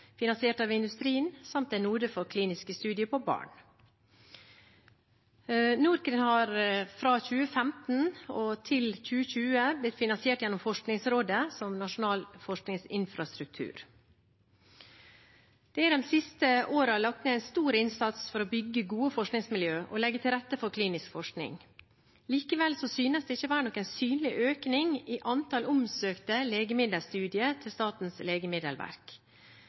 av barn. NorCRIN har fra 2015 til 2020 blitt finansiert gjennom Forskningsrådet som nasjonal forskningsinfrastruktur. Det er de siste årene lagt ned en stor innsats for å bygge gode forskningsmiljøer og legge til rette for klinisk forskning. Likevel synes det ikke å være noen synlig økning i antall omsøkte legemiddelstudier til Statens legemiddelverk.